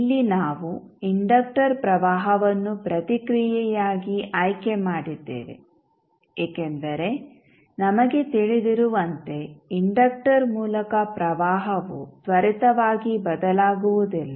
ಇಲ್ಲಿ ನಾವು ಇಂಡಕ್ಟರ್ ಪ್ರವಾಹವನ್ನು ಪ್ರತಿಕ್ರಿಯೆಯಾಗಿ ಆಯ್ಕೆ ಮಾಡಿದ್ದೇವೆ ಏಕೆಂದರೆ ನಮಗೆ ತಿಳಿದಿರುವಂತೆ ಇಂಡಕ್ಟರ್ ಮೂಲಕ ಪ್ರವಾಹವು ತ್ವರಿತವಾಗಿ ಬದಲಾಗುವುದಿಲ್ಲ